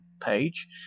page